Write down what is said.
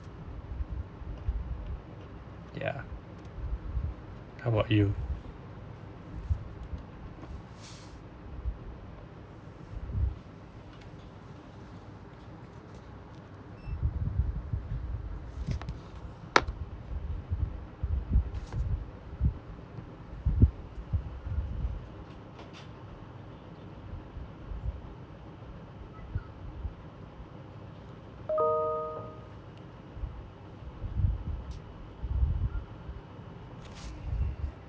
how about you